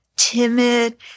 timid